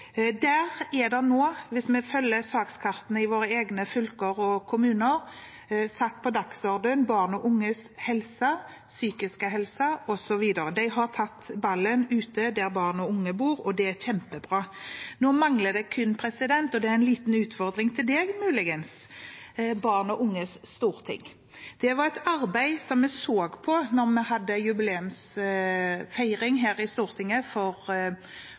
Der er det nå – hvis vi følger sakskartene i våre egne fylker og kommuner – satt på dagsordenen barn og unges helse, psykiske helse osv. De har tatt ballen ute der barn og unge bor, og det er kjempebra. Nå mangler det kun barn og unges storting – og det er en liten utfordring til presidenten, muligens. Det var et arbeid vi så på da vi hadde jubileumsfeiring her for Stortinget. Da diskuterte vi muligheten for